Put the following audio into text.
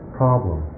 problem